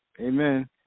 Amen